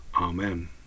Amen